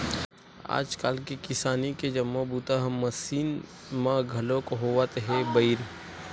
आजकाल किसानी के जम्मो बूता ह मसीन म घलोक होवत हे बइर